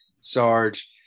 Sarge